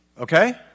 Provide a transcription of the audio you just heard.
Okay